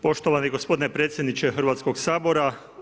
Poštovani gospodine predsjedniče Hrvatskog sabora.